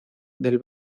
del